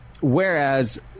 Whereas